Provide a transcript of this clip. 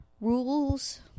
rules